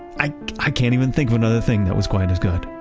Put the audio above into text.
i i can't even think of another thing that was quite as good.